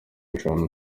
eshanu